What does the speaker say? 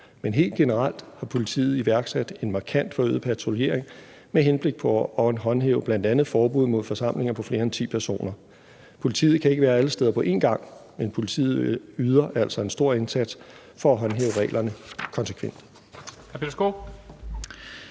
Men helt generelt har politiet iværksat en markant forøget patruljering med henblik på at håndhæve bl.a. forbuddet mod forsamlinger på flere end ti personer. Politiet kan ikke være alle steder på én gang, men politiet yder altså en stor indsats for at håndhæve reglerne konsekvent.